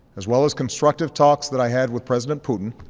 as well as constructive talks that i had with president putin,